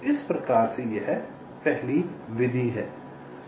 तो यह पहली विधि है